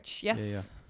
yes